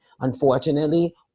unfortunately